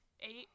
eight